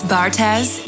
Bartez